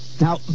Now